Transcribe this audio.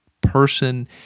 person